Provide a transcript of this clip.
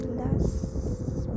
last